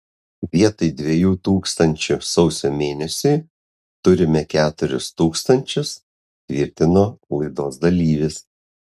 vietoj dviejų tūkstančių sausio mėnesiui turime keturis tūkstančius tvirtino laidos dalyvis